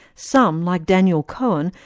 some, like daniel cohen,